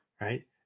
Right